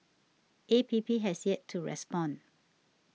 A P P has yet to respond